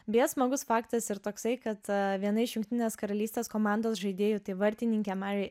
beje smagus faktas ir toksai kad viena iš jungtinės karalystės komandos žaidėjų tai vartininkė mary